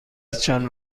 چند